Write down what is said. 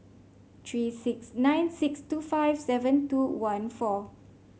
three six nine six two five seven two one four